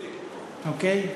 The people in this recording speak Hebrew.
שירותים,